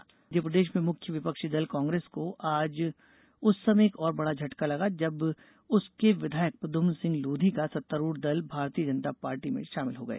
भाजपा में लोधी मध्यप्रदेश में मुख्य विपक्षी दल कांग्रेस को आज उस समय एक और बड़ा झटका लगा जब उसके विधायक प्रद्युम्न सिंह लोधी का सत्तारूढ़ दल भारतीय जनता पार्टी भाजपा में शामिल हो गये